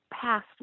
past